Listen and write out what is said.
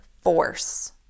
force